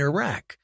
Iraq